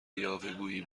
یاوهگویی